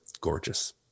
gorgeous